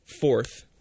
fourth